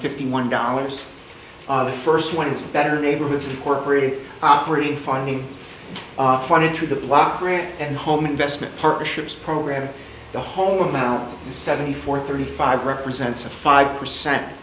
fifty one dollars the first one is better neighborhoods incorporated operating finally funded through the block grant and home investment partnerships program the whole amount seventy four thirty five represents a five percent